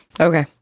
Okay